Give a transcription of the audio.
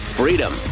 freedom